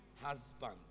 husband